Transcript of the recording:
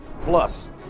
Plus